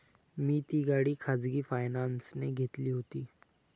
मी ती गाडी खाजगी फायनान्सने घेतली होती